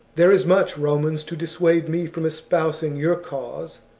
there is much, romans, to dissuade me from espousing your cause,